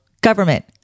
government